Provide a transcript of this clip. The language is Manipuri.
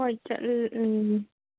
ꯍꯣꯏ ꯎꯝ